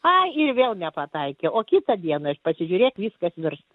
ai ir vėl nepataikė o kitą dieną aš pasižiūrėk viskas virsta